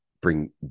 bring